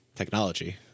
technology